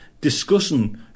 discussing